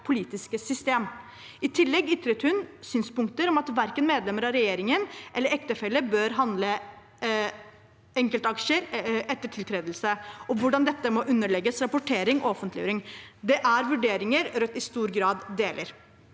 politiske system». I tillegg ytret hun synspunkter om at verken medlemmer av regjeringen eller ektefeller bør handle enkeltaksjer etter tiltredelse, og om hvordan dette må underlegges rapportering og offentliggjøring. Det er vurderinger Rødt i stor grad deler.